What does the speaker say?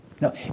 No